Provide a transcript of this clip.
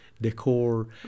decor